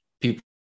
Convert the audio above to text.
people